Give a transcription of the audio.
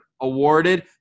awarded